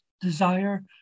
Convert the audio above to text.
desire